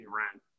rent